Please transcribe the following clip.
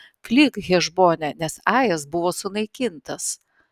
klyk hešbone nes ajas buvo sunaikintas